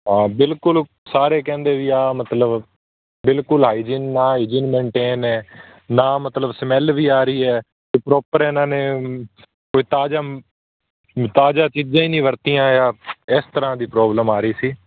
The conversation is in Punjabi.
ਹਾਂ ਬਿਲਕੁਲ ਸਾਰੇ ਕਹਿੰਦੇ ਵੀ ਇਹ ਮਤਲਬ ਬਿਲਕੁਲ ਹਾਈਜੀਨ ਨਾ ਹਾਈਜੀਨ ਮੈਨਟੇਨ ਹੈ ਨਾ ਮਤਲਬ ਸਮੈਲ ਵੀ ਆ ਰਹੀ ਹੈ ਅਤੇ ਪ੍ਰੋਪਰ ਇਹਨਾਂ ਨੇ ਕੋਈ ਤਾਜ਼ਾ ਤਾਜ਼ਾ ਚੀਜ਼ਾਂ ਹੀ ਨਹੀਂ ਵਰਤੀਆਂ ਇਸ ਤਰ੍ਹਾਂ ਦੀ ਪ੍ਰੋਬਲਮ ਆ ਰਹੀ ਸੀ